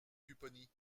pupponi